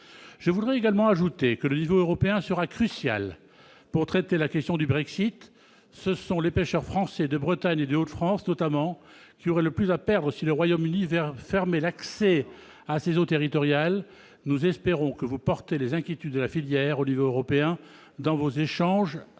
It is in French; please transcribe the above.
Je souhaite ajouter que le niveau européen sera crucial pour traiter la question du Brexit. Ce sont les pêcheurs français, de Bretagne et des Hauts-de-France notamment, qui auraient le plus à perdre si le Royaume-Uni fermait l'accès à ses eaux territoriales. Nous espérons que vous porterez les inquiétudes de la filière au niveau européen dans vos échanges